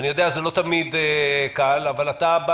אני יודע שזה לא תמיד קל אבל אתה בא